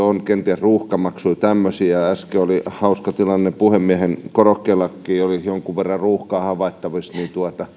on kenties ruuhkamaksuja ja tämmöisiä äsken oli hauska tilanne kun puhemiehen korokkeellakin oli jonkun verran ruuhkaa havaittavissa